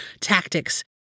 tactics